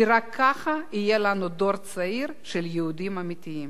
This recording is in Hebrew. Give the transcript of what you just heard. כי רק ככה יהיה לנו דור צעיר של יהודים אמיתיים.